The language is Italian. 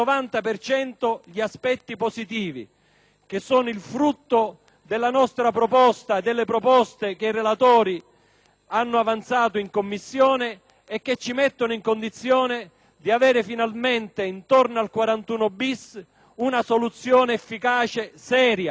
che sono il frutto della nostra proposta e di quelle che i relatori hanno avanzato in Commissione e che ci mettono in condizione di avere finalmente, intorno al 41-*bis*, una soluzione efficace e seria, duratura, in grado